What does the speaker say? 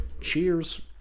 Cheers